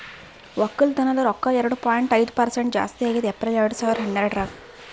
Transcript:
ಒಕ್ಕಲತನದ್ ರೊಕ್ಕ ಎರಡು ಪಾಯಿಂಟ್ ಐದು ಪರಸೆಂಟ್ ಜಾಸ್ತಿ ಆಗ್ಯದ್ ಏಪ್ರಿಲ್ ಎರಡು ಸಾವಿರ ಹನ್ನೆರಡರಾಗ್